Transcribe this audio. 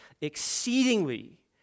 exceedingly